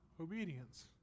obedience